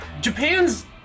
Japan's